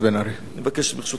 אני אבקש, ברשותך, עוד חצי דקה.